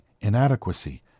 inadequacy